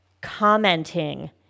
commenting